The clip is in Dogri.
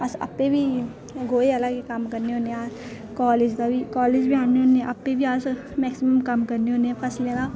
अस आपूं बी गोहे आह्ला गै कम्म करने होन्ने आं कालेज दा बी कालेज बी औन्ने होन्ने आं आपूं बी अस मैक्सीमम कम्म करने होन्ने आं फसले दा